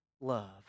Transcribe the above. love